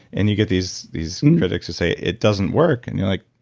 and you get these these critics who say, it doesn't work. and you're like,